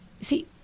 see